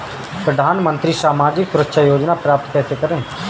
प्रधानमंत्री सामाजिक सुरक्षा योजना प्राप्त कैसे करें?